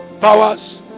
powers